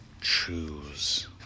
choose